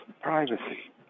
privacy